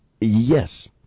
Yes